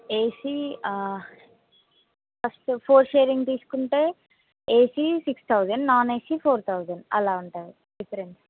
ఏ C first four sharing తీసుకుంటే A C six thousand non A C four thousand అలా ఉంటుంది difference